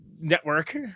network